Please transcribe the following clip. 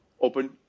open